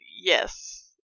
yes